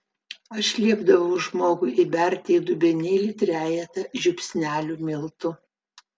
aš liepdavau žmogui įberti į dubenėlį trejetą žiupsnelių miltų